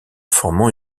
formant